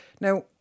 Now